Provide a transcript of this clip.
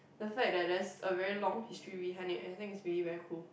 the fact that there's a very long history behind it I think is really very cool